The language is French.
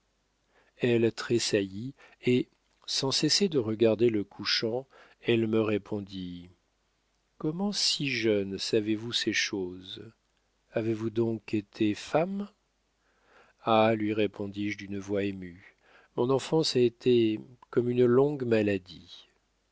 elle tressaillit et sans cesser de regarder le couchant elle me répondit comment si jeune savez-vous ces choses avez-vous donc été femme ah lui répondis-je d'une voix émue mon enfance a été comme une longue maladie